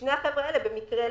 ושני החבר'ה האלה במקרה לא.